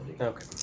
Okay